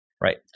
Right